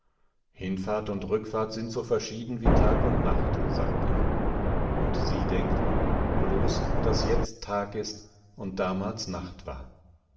hinfahrt und rückfahrt sind so verschieden wie tag und nacht sagt er und sie denkt bloß daß jetzt tag ist und damals nacht war